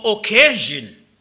occasion